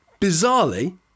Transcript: bizarrely